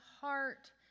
heart